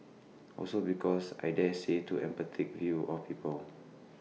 also because I daresay to apathetic view of people